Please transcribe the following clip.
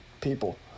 people